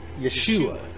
Yeshua